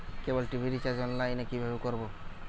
কেবল TV recharge online এ কিভাবে করব?